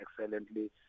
excellently